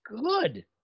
good